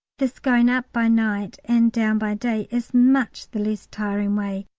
this going up by night and down by day is much the least tiring way,